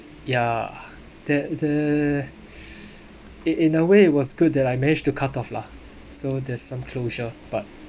yeah that the it in a way it was good that I managed to cut off lah so there's some closure but